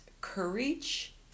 Courage